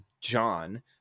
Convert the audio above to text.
John